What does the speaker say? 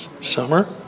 Summer